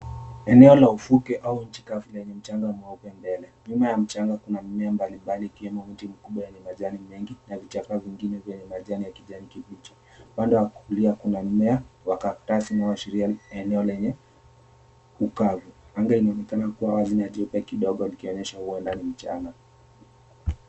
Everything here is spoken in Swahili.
Eneo la ufuke au inchi kavu lenye mchanga mweupe mbele. Nyuma ya mchanga kuna mmea mbali mbali ikiwemo mti mkubwa yenye majani mengi na vichaka vingine vyenye majani ya kijani kibichi. Upande wa kulia kuna mmea wa cactus unaoashiria eneo lenye ukavu. Anga inaonekana kuwa wazi na jeupe kidogo ikionyesha huenda ni mchana.